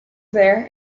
there